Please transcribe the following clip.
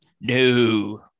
no